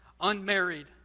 unmarried